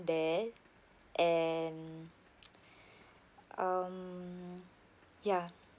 there and um ya